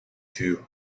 two